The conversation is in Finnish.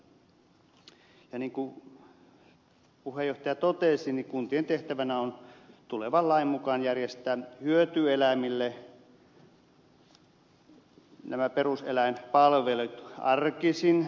niin kuin puheenjohtaja totesi kuntien tehtävänä on tulevan lain mukaan järjestää hyötyeläimille peruseläinpalvelut arkisin